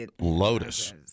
Lotus